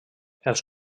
els